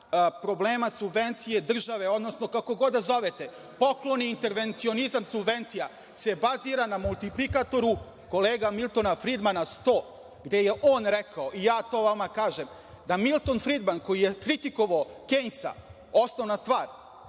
problema subvencije države, odnosno kako god da zovete, pokloni, intervencionizam subvencija se bazira na multiplikatoru kolege Miltona Fridmana „Sto“, gde je on rekao, i ja to vama kažem, da Milton Fridman koji je kritikovao Kensa, osnovna stvar